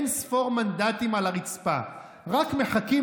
אין-ספור מנדטים על הרצפה רק מחכים